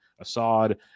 Assad